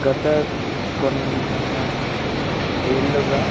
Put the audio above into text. గత కొన్ని ఏళ్లుగా